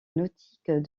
nautiques